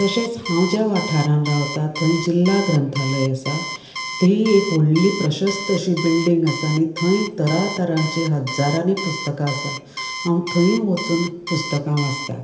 तशेंच हांव ज्या वाठारांत रावता थंय जिल्ला ग्रंथालय आसा तीं एक व्हडली प्रशस्त अशीं बिल्डिंग आसा आनी थंय तरातरांची हजारांनी पुस्तकां आसात हांव थंयय वचून पुस्तकां वाचता